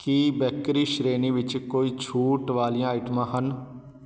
ਕੀ bakery ਸ਼੍ਰੇਣੀ ਵਿੱਚ ਕੋਈ ਛੂਟ ਵਾਲੀਆਂ ਆਈਟਮਾਂ ਹਨ